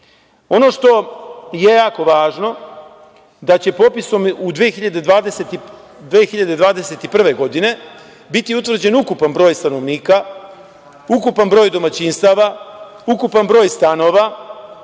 što je jako važno je da će popisom 2021. godine biti utvrđen ukupan broj stanovnika, ukupan broj domaćinstava, ukupan broj stanova,